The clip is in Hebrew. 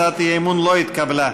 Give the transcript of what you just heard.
הצעת האי-אמון לא התקבלה.